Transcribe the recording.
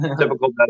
typical